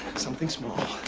something small.